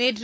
நேற்று